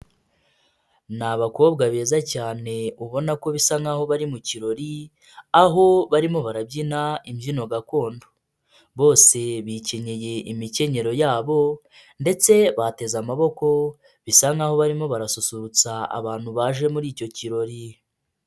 Ni abakobwa beza cyane ubona ko bisa nkaho bari mu kirori, aho barimo barabyina imbyino gakondo. Bose bikenyeye imikenyero yabo ndetse bateze amaboko, bisa nkaho barimo barasusurutsa abantu baje muri icyo kirori.